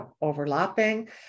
overlapping